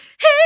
hey